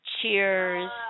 Cheers